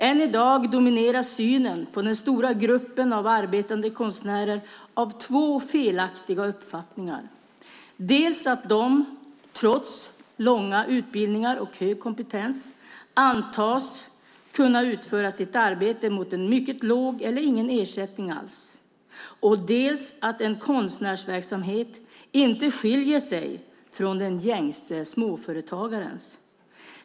Än i dag domineras synen på den stora gruppen av arbetande konstnärer av två felaktiga uppfattningar: dels att de, trots långa utbildningar och hög kompetens, antas kunna utföra sitt arbete mot en mycket låg eller ingen ersättning alls, dels att en konstnärsverksamhet inte skiljer sig från den gängse småföretagarens.